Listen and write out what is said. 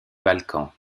balkans